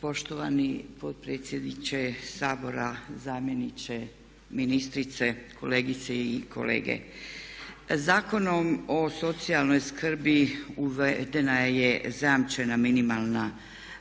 Poštovani potpredsjedniče Sabora, zamjeniče ministrice, kolegice i kolege. Zakonom o socijalnoj skrbi uvedena je zajamčena minimalna naknada